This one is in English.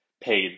paid